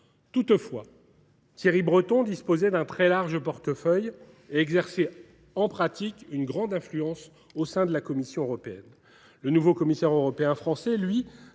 Toutefois, Thierry Breton disposait d’un très large portefeuille et exerçait, en pratique, une grande influence au sein de la Commission européenne. Le nouveau commissaire européen français, lui,